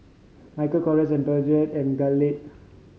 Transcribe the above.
Michael Kors Peugeot and Glade